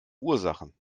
ursachen